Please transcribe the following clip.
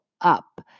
up